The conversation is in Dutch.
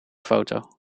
foto